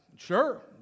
Sure